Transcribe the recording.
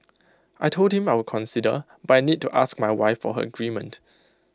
I Told him I would consider but I need to ask my wife her agreement